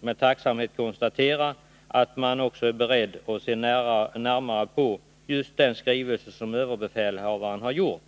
Med tacksamhet noterar jag också att regeringen är beredd att närmare studera den skrivelse som överbefälhavaren har ingivit.